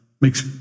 makes